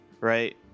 right